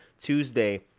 Tuesday